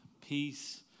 peace